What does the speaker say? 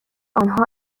آنها